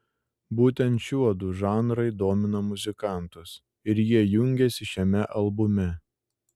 būtent šiuodu žanrai domina muzikantus ir jie jungiasi šiame albume